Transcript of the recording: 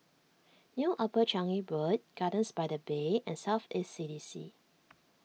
New Upper Changi Road Gardens by the Bay and South East C D C